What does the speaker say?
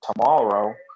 tomorrow